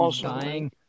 dying